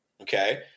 Okay